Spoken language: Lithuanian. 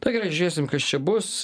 tai gerai žėsim kas čia bus